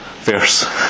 verse